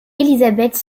elisabeth